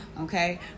okay